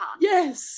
Yes